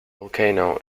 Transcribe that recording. volcano